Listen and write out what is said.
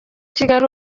kigali